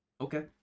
Okay